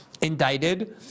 indicted